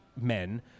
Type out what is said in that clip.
men